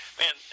man